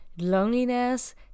loneliness